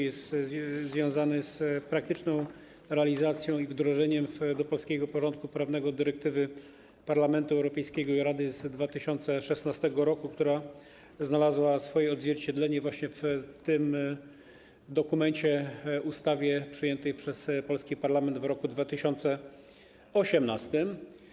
Jest on związany z praktyczną realizacją i wdrożeniem do polskiego porządku prawnego dyrektywy Parlamentu Europejskiego i Rady z 2016 r., która znalazła swoje odzwierciedlenie właśnie w tym dokumencie, w ustawie przyjętej przez polski parlament w roku 2018.